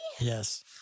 Yes